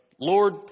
Lord